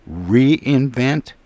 reinvent